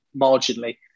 marginally